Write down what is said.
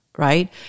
right